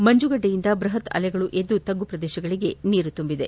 ಮಂಜುಗಡ್ಡೆಯಿಂದ ಬೃಹತ್ ಅಲೆಗಳು ಎದ್ದು ತಗ್ಗು ಪ್ರದೇಶಗಳಿಗೆ ನೀರು ತುಂಬಿದೆ